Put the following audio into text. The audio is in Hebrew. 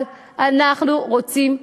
מצד אחד,